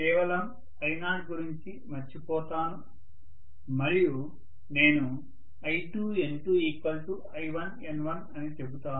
కేవలం I0 గురించి మర్చిపోతాను మరియు నేను I2N2I1N1 అని చెబుతాను